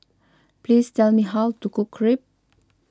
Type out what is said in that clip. please tell me how to cook Crepe